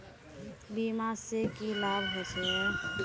बीमा से की लाभ होचे?